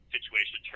situation